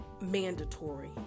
mandatory